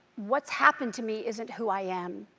what's happened to me isn't who i am.